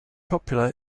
popular